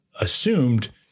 assumed